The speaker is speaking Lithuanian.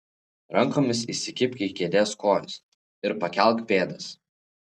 rankomis įsikibk į kėdės kojas ir pakelk pėdas